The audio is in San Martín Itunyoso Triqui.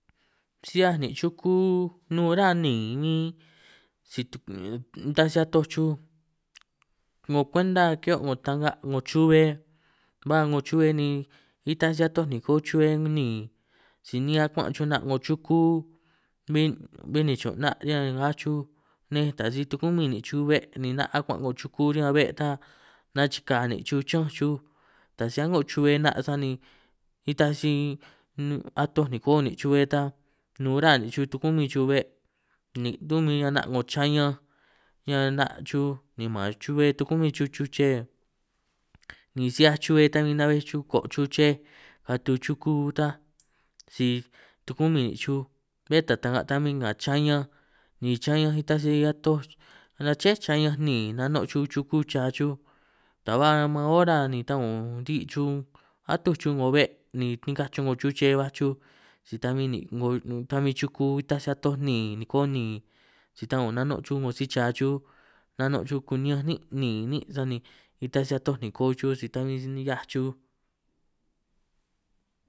Si 'hiaj nìn' chuku nun ruhuâ niìn bin si nitaj si atoj chuj, 'ngo kwenta ki'hiô' 'ngo ta'nga 'ngo chuhue ba 'ngo chuhue ni nitaj si atoj nìko chuhue niìn, si ni'hiaj akuan' chuj 'na' 'ngo chuku bin bin nichùn' 'na' riñan ngaj chuj nej, tàj si tukumin nìn' chuj be' ni 'na' akuan' 'ngo chuku riñan be' ta nachikaj nìn' chuj chi'ñanj chuj, ta si a'ngô chuhue 'na' sani nitaj si atoj nìko nìn' chube tan nun ra nìn' chuj tukumin chuj be', ni run' min 'na' 'ngo chañanj riñan 'na' chuj ni màn chuhue tukumin chuj chuche, ni si 'hiaj chuhue tan bin na'bej chuj koo' chuj chej katu chuku tan si tukumin chuj bé ta, ta'nga ta bin ngà chañanj ni chañanj ni nitaj si atoj aché chañanj niìn nanon' chuj chuku cha chuj, ta ba maan ora ni taùn ri' chuj atûj chuj 'ngo be' ni nikaj chuj 'ngo chuche baj chuj, si ta bin nìn' 'ngo ta bin chuku nitaj si atoj niìn nìko niìn si taùn nano' chuj 'ngo si cha chuj, nano' chuj kuni'ñanj nîn' niìn nîn' sani nitaj si atoj nìko chuj si ta bin si ni'hiaj chuj.